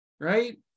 right